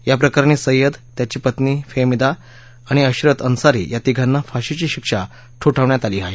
या प्रकरणी सय्यद त्याची पत्नी फेहमिदा आणि अश्रत अंसारी या तिघांना फाशीची शिक्षा ठोठवण्यात आली आहे